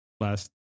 last